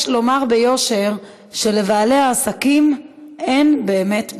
יש לומר ביושר שלבעלי העסקים אין באמת ברירה.